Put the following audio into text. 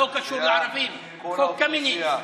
לא קשור לערבים חוק קמיניץ?